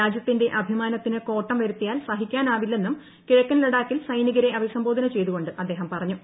രാജ്യത്തിന്റെ അഭിമാനത്തിന് കോട്ടം വരുത്തിയാൽ സഹിക്കാനാവില്ലെന്നും കിഴക്കൻ ലഡാക്കിൽ സൈനികരെ അഭിസംബോധന് ചെയ്തുകൊണ്ട് അദ്ദേഹം പറഞ്ഞു